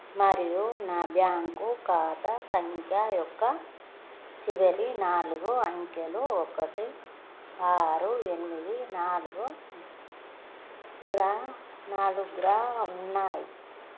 మరియు నా బ్యాంకు ఖాతా సంఖ్య యొక్క చివరి నాలుగు అంకెలు ఒకటి ఆరు ఎనిమిది నాలుగుగా నాలుగుగా ఉన్నాయి